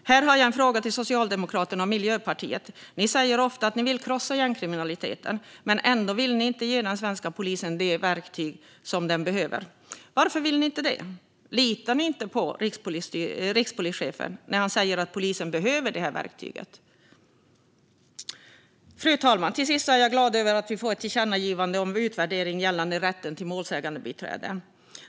Här har jag en fråga till Socialdemokraterna och Miljöpartiet. Ni säger ofta att ni vill krossa gängkriminaliteten, men ändå vill ni inte ge den svenska polisen det verktyg som den behöver. Varför vill ni inte det? Litar ni inte på rikspolischefen när han säger att polisen behöver det här verktyget? Fru talman! Till sist är jag glad över att vi får ett tillkännagivande om utvärdering gällande rätten till målsägandebiträde.